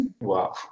wow